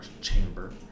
chamber